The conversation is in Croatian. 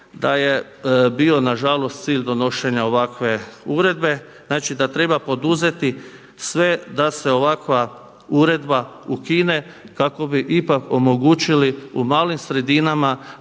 da je bio na žalost cilj donošenja ovakve uredbe. Znači da treba poduzeti sve da se ovakva uredba ukine kako bi ipak omogućili u malim sredinama